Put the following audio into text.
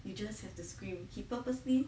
you just have to scream he purposely